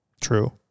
True